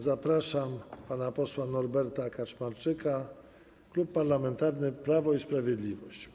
Zapraszam pana posła Norberta Kaczmarczyka, Klub Parlamentarny Prawo i Sprawiedliwość.